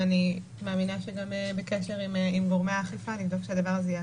ואני מאמינה שגם בקשר עם גורמי האכיפה לבדוק שהדבר הזה ייאכף.